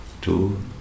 Two